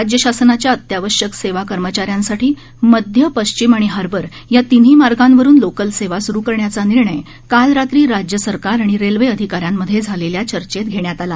राज्यशासनाच्या अत्यावश्यक सेवा कर्मचाऱ्यांसाठी मध्य पश्चिम आणि हार्बर या तिन्ही मार्गावरून लोकल सेवा स्रू करण्याचा निर्णय काल रात्री राज्य सरकार आणि रेल्वे अधिकाऱ्यांमध्ये झालेल्या चर्चेत घेण्यात आला